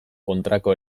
kontrako